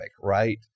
right